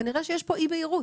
כנראה שיש פה אי בהירות.